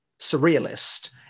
surrealist